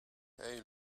hey